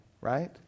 right